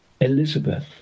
Elizabeth